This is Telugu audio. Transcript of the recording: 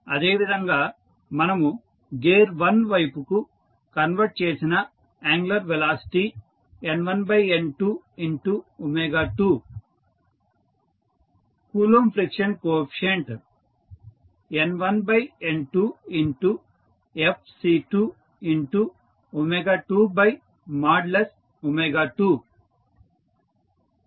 అదేవిధంగా మనము గేర్ 1 వైపుకు కన్వర్ట్ చేసిన angular velocity N1N22 Coulomb friction coefficient N1N2Fc222